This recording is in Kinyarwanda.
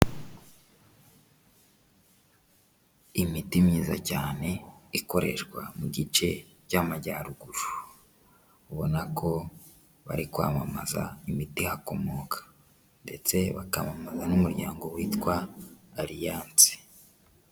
Imiti myiza cyane ikoreshwa mu gice cy'amajyaruguru ubona ko bari kwamamaza imiti hakomoka ndetse bakamamaza n'umuryango witwa aliance.